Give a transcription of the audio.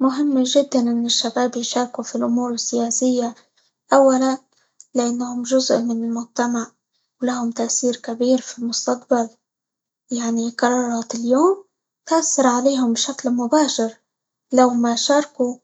مهم جدًا إن الشباب يشاركوا في الأمور السياسية، أولا؛ لأنهم جزء من المجتمع، ولهم تأثير كبير في المستقبل، يعني قرارات اليوم تأثر عليهم بشكل مباشر، لو ما شاركوا